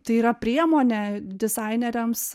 tai yra priemonė dizaineriams